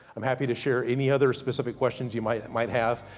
i'm happy to share any other, specific questions you might might have.